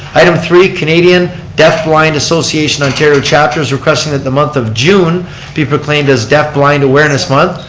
item three, canadian deaf blind association ontario chapter is requesting that the month of june be proclaimed as deaf blind awareness month.